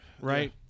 right